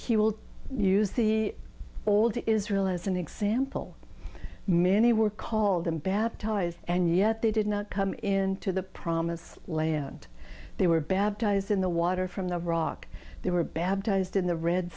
he will use the old israel as an example many were called them baptized and yet they did not come into the promised land they were baptized in the water from the rock they were baptized in the red